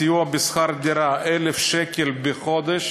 סיוע בשכר דירה של 1,000 שקלים בחודש